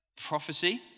Prophecy